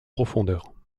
profondeur